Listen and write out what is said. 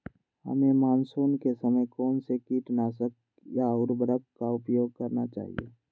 हमें मानसून के समय कौन से किटनाशक या उर्वरक का उपयोग करना चाहिए?